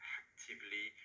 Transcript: actively